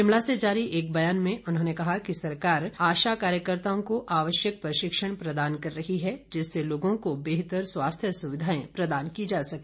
शिमला से जारी एक बयान में उन्होंने कहा कि सरकार आशा कार्यकर्ताओं को आवश्यक प्रशिक्षण प्रदान कर रही है जिससे लोगों को बेहतर स्वास्थ्य सुविधाएं प्रदान की जा सके